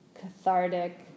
cathartic